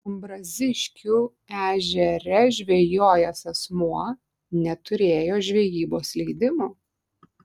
ambraziškių ežere žvejojęs asmuo neturėjo žvejybos leidimo